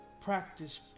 Practice